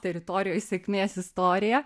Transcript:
teritorijoj sėkmės istorija